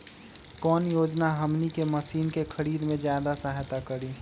कौन योजना हमनी के मशीन के खरीद में ज्यादा सहायता करी?